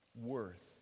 worth